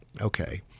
Okay